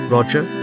Roger